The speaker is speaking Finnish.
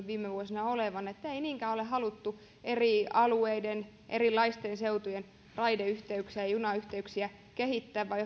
viime vuosina olevan että ei niinkään ole haluttu eri alueiden erilaisten seutujen raideyhteyksiä ja junayhteyksiä kehittää vaan